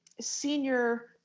senior